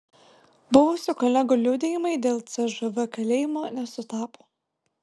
buvusių kolegų liudijimai dėl cžv kalėjimo nesutapo